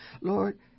Lord